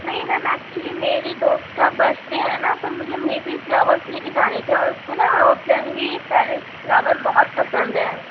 نہیں ma'am actually میری دوست کا برتھڈے ہے نا تو مجھے وہی پہ ہی فلاورس لے کے جانے تھے اور اس کو نہ فرنگی پینس فلاورس بہت پسند ہیں